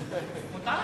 מותר?